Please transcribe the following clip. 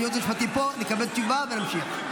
הייעוץ המשפטי פה, נקבל תשובה, ונמשיך.